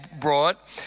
brought